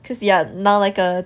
cause you are now like a